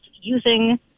using